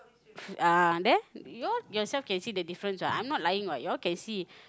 ah there you all yourself can see the difference what I'm not lying what you all can see